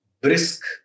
brisk